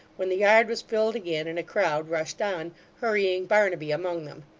when the yard was filled again, and a crowd rushed on, hurrying barnaby among them.